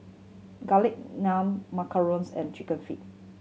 Garlic Naan macarons and Chicken Feet